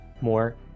more